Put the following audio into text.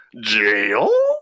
jail